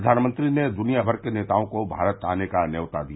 प्रधानमंत्री ने दुनिया भर के नेताओँ को भारत आने का न्यौता दिया